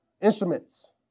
instruments